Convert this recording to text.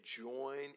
join